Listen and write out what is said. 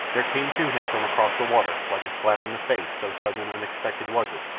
there came to him from across the water, like a slap in the face, so sudden and unexpected was it,